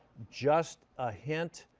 just a hint